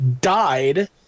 died